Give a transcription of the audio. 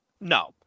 No